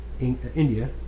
India